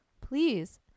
please